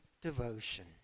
devotion